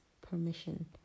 permission